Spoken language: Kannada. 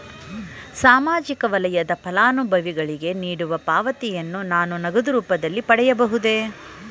ಸಾಮಾಜಿಕ ವಲಯದ ಫಲಾನುಭವಿಗಳಿಗೆ ನೀಡುವ ಪಾವತಿಯನ್ನು ನಾನು ನಗದು ರೂಪದಲ್ಲಿ ಪಡೆಯಬಹುದೇ?